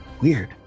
Weird